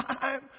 time